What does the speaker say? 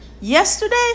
yesterday